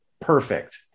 perfect